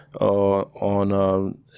on